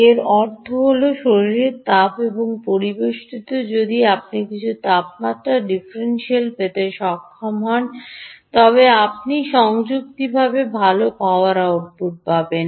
এর অর্থ হল শরীরের তাপ এবং পরিবেষ্টিত যদি আপনি কিছু তাপমাত্রা ডিফারেনশিয়াল পেতে সক্ষম হন তবে আপনি যুক্তিসঙ্গতভাবে ভাল পাওয়ার আউটপু ট পাবেন